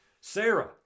Sarah